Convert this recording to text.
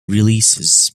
releases